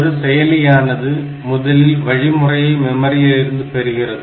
ஒரு செயலியானது முதலில் வழிமுறையை மெமரியிலிருந்து பெறுகிறது